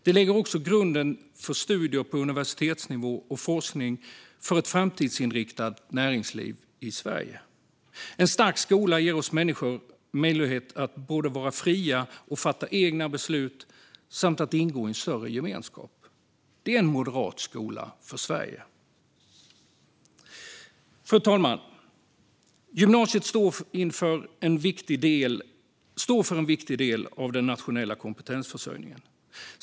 Den lägger också grunden för studier på universitetsnivå och forskning för ett framtidsinriktat näringsliv i Sverige. En stark skola ger oss människor möjlighet att vara fria och fatta egna beslut samt att ingå i en större gemenskap. Det är en moderat skola för Sverige. Fru talman! Gymnasiet står för en viktig del av den nationella kompetensförsörjningen.